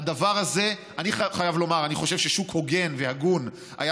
אני חייב לומר שאני חושב ששוק הוגן והגון היה